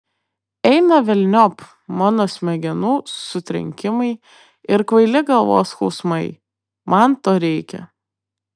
eina velniop mano smegenų sutrenkimai ir kvaili galvos skausmai man to reikia